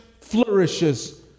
flourishes